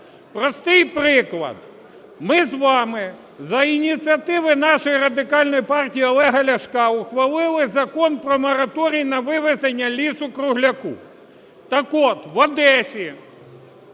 Простий приклад. Ми з вами за ініціативи нашої Радикальної партії Олега Ляшка ухвалили Закон про мораторій на вивезення лісу-кругляка. Так от, в Одесі